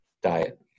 diet